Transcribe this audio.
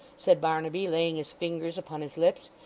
said barnaby, laying his fingers upon his lips.